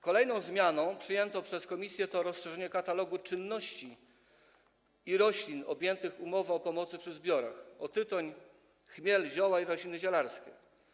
Kolejną zmianą przyjętą przez komisję jest rozszerzenie katalogu czynności i roślin objętych umową o pomocy przy zbiorach o tytoń, chmiel, zioła i rośliny zielarskie.